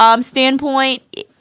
standpoint